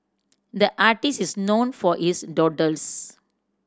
the artist is known for his doodles